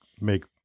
make